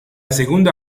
segunda